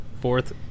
Fourth